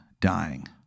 dying